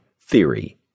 theory